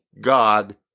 God